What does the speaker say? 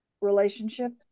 relationship